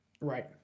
Right